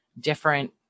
different